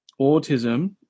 autism